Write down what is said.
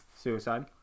suicide